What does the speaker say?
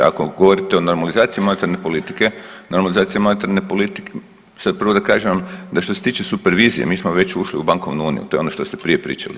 Ako govorite o normalizaciji monetarne politike, normalizacija monetarne politike sad prvo da kažem vam da što se tiče supervizije, mi smo već ušli u bankovnu uniju, to je ono što ste prije pričali.